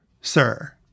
Sir